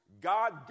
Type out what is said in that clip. God